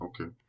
Okay